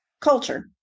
culture